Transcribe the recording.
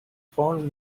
found